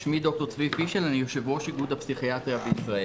אני יושב-ראש איגוד הפסיכיאטריה בישראל.